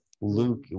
Luke